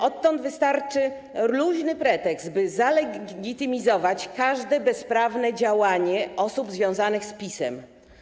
Odtąd wystarczy luźny pretekst, by legitymizować każde bezprawne działanie osób związanych z PiS-em.